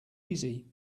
easy